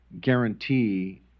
guarantee